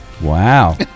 Wow